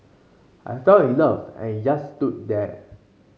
I fell in love and he just stood there